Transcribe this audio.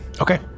Okay